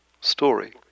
story